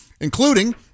including